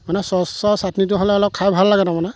মানে চ'চৰ চাটনিটো হ'লে অলপ খাই ভাল লাগে তাৰমানে